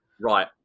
Right